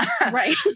Right